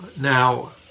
Now